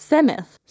Semith